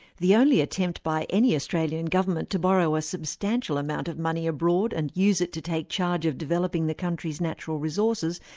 the only attempt by any australian government to borrow a substantial amount of money abroad and use it to take charge of developing the country's natural resources,